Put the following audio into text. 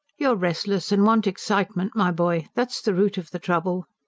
you're restless, and want excitement, my boy that's the root of the trouble.